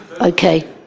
Okay